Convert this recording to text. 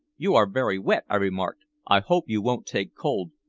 you are very wet, i remarked. i hope you won't take cold.